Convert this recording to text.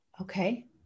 okay